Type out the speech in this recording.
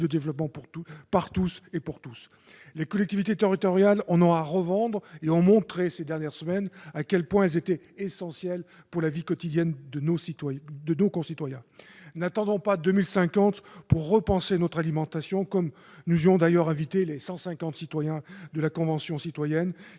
de développement par tous et pour tous. Les collectivités territoriales en ont la volonté et elles ont montré ces dernières semaines à quel point elles étaient essentielles pour la vie quotidienne de nos concitoyens. N'attendons pas 2050 pour repenser notre alimentation ! C'est ce à quoi nous ont invités les cent cinquante membres de la Convention citoyenne